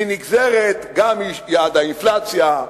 היא נגזרת גם מיעד האינפלציה,